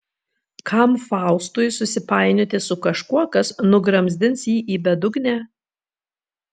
kam faustui susipainioti su kažkuo kas nugramzdins jį į bedugnę